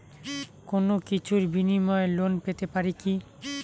কোনো কিছুর বিনিময়ে লোন পেতে পারি কি?